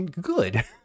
Good